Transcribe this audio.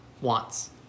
wants